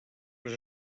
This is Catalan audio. les